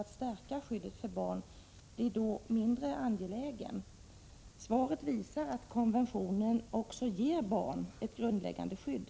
1986/87:121 Svaret visar att konventionen också ger barn ett grundläggande skydd.